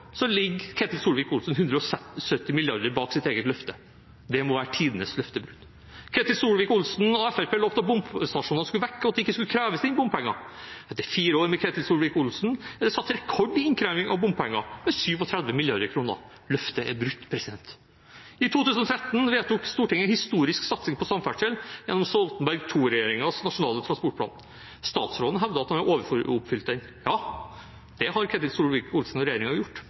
ligger Ketil Solvik-Olsen 170 mrd. kr bak sitt eget løfte. Det må være tidenes løftebrudd. Ketil Solvik-Olsen og Fremskrittspartiet lovte at bomstasjonene skulle vekk, og at det ikke skulle kreves inn bompenger. Etter fire år med Ketil Solvik-Olsen er det satt rekord i innkreving av bompenger, med 37 mrd. kr. Løftet er brutt. I 2013 vedtok Stortinget en historisk satsing på samferdsel gjennom Stoltenberg II-regjeringens nasjonale transportplan. Statsråden hevder at han har overoppfylt den. Ja, det har Ketil Solvik-Olsen og regjeringen gjort